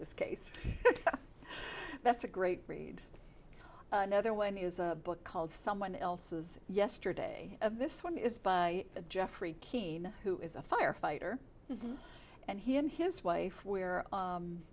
this case that's a great read another one is a book called someone else's yesterday of this one is by jeffrey keene who is a firefighter and he and his wife were